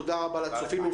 תודה רבה לצופים,